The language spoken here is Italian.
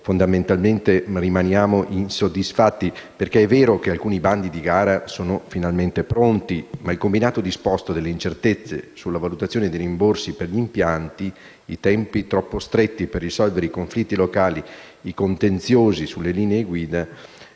fondamentalmente rimaniamo insoddisfatti. È vero che alcuni bandi di gara sono finalmente pronti, ma il combinato disposto delle incertezze sulla valutazione dei rimborsi per gli impianti, dei tempi troppo stretti per risolvere i conflitti locali e dei contenziosi sulle linee guida